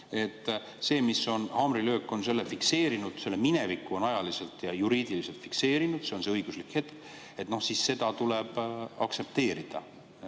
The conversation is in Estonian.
töös, et haamrilöök on selle fikseerinud, on mineviku ajaliselt ja juriidiliselt fikseerinud, see on see õiguslik hetk, siis seda tuleb aktsepteerida.